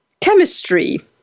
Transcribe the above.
chemistry